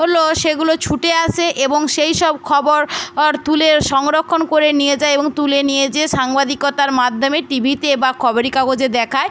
হলো সেগুলো ছুটে আসে এবং সেই সব খবর অর তুলে সংরক্ষণ করে নিয়ে যায় এবং তুলে নিয়ে যেয়ে সাংবাদিকতার মাধ্যমে টি ভিতে বা খবরে কাগজে দেখায়